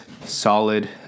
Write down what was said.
solid